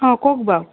অঁ কওক বাৰু